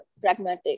pragmatic